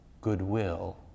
goodwill